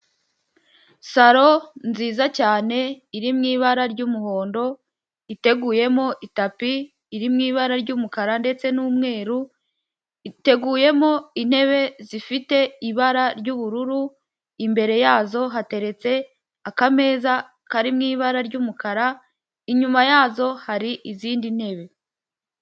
Saro nziza cyane iri mu ibara ry'umuhondo iteguyemo itapi iri mu ibara ry'umukara, ndetse n'umweru, iteguyemo intebe zifite ibara ry'ubururu, imbere yazo hateretse akameza kari mu ibara ry'umukara, inyuma yazo hari izindi ntebe.